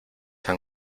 han